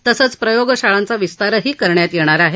तसेच प्रयोगशाळांचा विस्तारही करण्यात येणार आहे